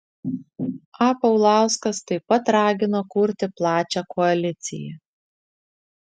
a paulauskas taip pat ragino kurti plačią koaliciją